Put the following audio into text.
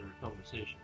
conversation